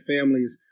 Families